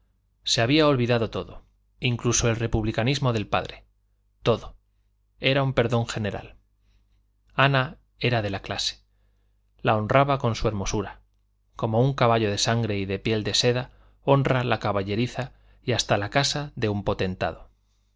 se había olvidado todo incluso el republicanismo del padre todo era un perdón general ana era de la clase la honraba con su hermosura como un caballo de sangre y de piel de seda honra la caballeriza y hasta la casa de un potentado